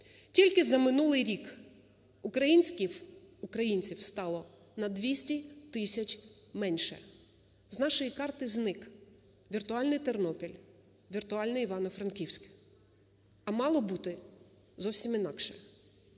Тільки за минулий рік українців стало на 200 тисяч менше, з нашої карти зник віртуальний Тернопіль, віртуальний Івано-Франківськ, а мало бути зовсім інакше.